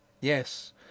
Yes